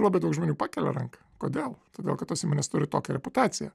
labai daug žmonių pakelia ranką kodėl todėl kad tos įmonės turi tokią reputaciją